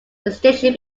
distinction